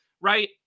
right